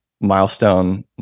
milestone